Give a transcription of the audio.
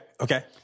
Okay